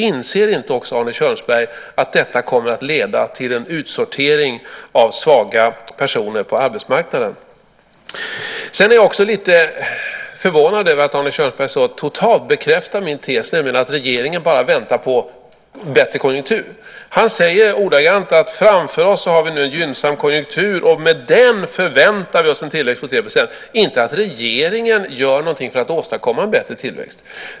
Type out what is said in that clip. Inser inte också Arne Kjörnsberg att detta kommer att leda till en utsortering av svaga personer på arbetsmarknaden? Jag är också lite förvånad över att Arne Kjörnsberg så totalt bekräftar min tes, nämligen att regeringen bara väntar på bättre konjunktur. Han säger att framför oss har vi en gynnsam konjunktur, och med den förväntas en tillväxt på 3 %, inte att regeringen gör någonting för att åstadkomma en bättre tillväxt.